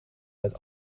met